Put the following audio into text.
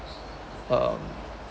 um